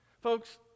Folks